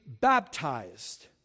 baptized